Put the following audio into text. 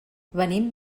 venim